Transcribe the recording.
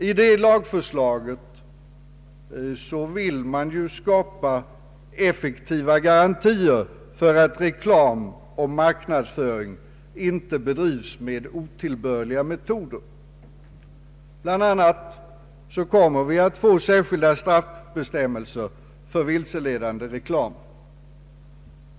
I det lagförslaget vill man skapa effektiva garantier för att reklamoch marknadsföring inte bedrivs med otillbörliga metoder. Bland annat kommer vi att få särskilda straffbestämmelser för vilseledande reklam.